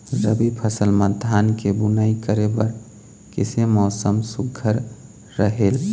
रबी फसल म धान के बुनई करे बर किसे मौसम सुघ्घर रहेल?